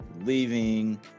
leaving